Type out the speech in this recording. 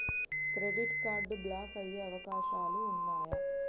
Credit card block అయ్యే అవకాశాలు ఉన్నయా?